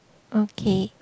okay